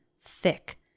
thick